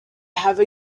have